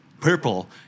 purple